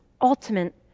ultimate